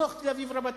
הוא בתוך תל-אביב רבתי,